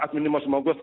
atminimo žmogus